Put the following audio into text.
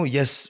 Yes